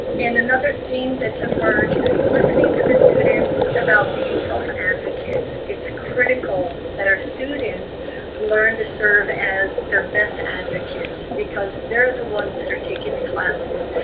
and another thing that's emerged listening to the students about being self-advocates. it's critical that our students learn to serve as their best advocates, because they're the ones that are taking the classes.